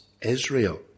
Israel